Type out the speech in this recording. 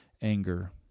anger